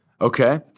Okay